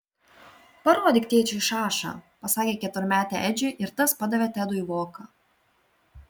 parodyk tėčiui šašą pasakė keturmetė edžiui ir tas padavė tedui voką